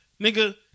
nigga